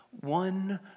one